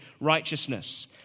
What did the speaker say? righteousness